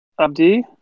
Abdi